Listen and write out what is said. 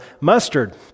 Mustard